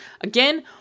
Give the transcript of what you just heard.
Again